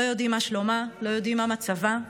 לא יודעים מה שלומה, לא יודעים מה מצבה.